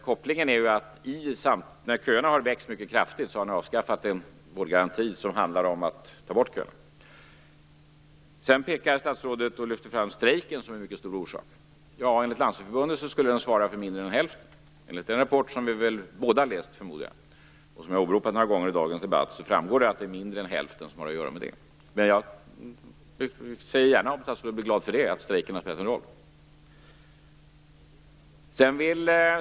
Kopplingen är ändå att när köerna har växt mycket kraftigt har ni avskaffat en vårdgaranti som går ut på att ta bort köerna. Statsrådet lyfter fram strejken som en mycket stor orsak. Enligt Landstingsförbundet skulle den svara för mindre än hälften. Enligt den rapport som jag förmodar att vi båda har läst och som jag har åberopat några gånger i dagens debatt har mindre än hälften att göra med strejken. Jag säger ändå gärna - om statsrådet blir glad av det - att strejken har spelat en roll här.